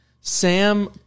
Sam